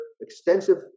Extensive